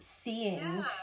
seeing